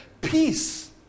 peace